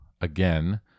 again